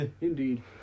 indeed